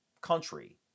country